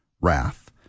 wrath